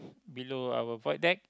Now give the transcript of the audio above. below our void deck